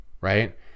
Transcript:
right